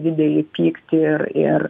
didelį pyktį ir ir